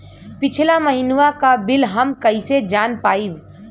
पिछला महिनवा क बिल हम कईसे जान पाइब?